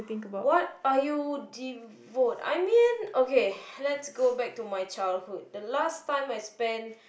what are you devote I mean okay let's go back to my childhood the last time I spend